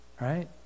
right